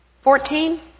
Fourteen